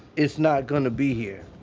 it's not gonna be here